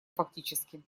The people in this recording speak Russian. фактически